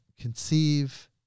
conceive